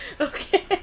Okay